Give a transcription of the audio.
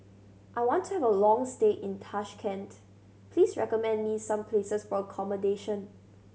I want to have a long stay in Tashkent please recommend me some places for accommodation